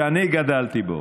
שאני גדלתי בו,